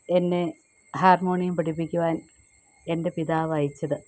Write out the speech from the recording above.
എന്നെ ഹാർമോണിയം പഠിപ്പിക്കുവാൻ എൻ്റെ പിതാവ് അയച്ചത്